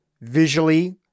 visually